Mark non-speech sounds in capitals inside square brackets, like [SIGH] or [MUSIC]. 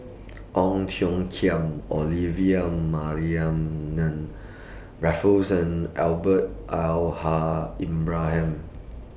Ong Tiong Khiam Olivia Mariamne Raffles and [UNINTELLIGIBLE] Al Haj Ibrahim